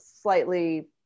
slightly